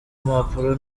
mpapuro